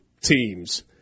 teams